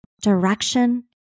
direction